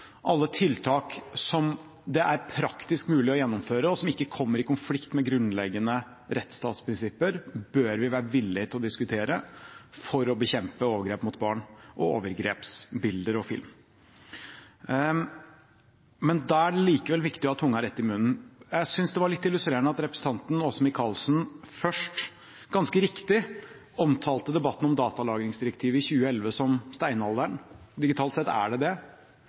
alle tiltak som det er praktisk mulig å gjennomføre, og som ikke kommer i konflikt med grunnleggende rettsstatsprinsipper, bør vi være villig til å diskutere for å bekjempe overgrep mot barn og overgrepsbilder og film. Da er det likevel viktig å ha tunga rett i munnen. Jeg syntes det var litt illustrerende at representanten Åse Michaelsen først – ganske riktig – omtalte debatten om datalagringsdirektivet i 2011 som steinalderen, digitalt sett er det det.